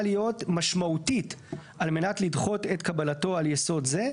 להיות משמעותית על מנת לדחות את קבלתו על יסוד זה.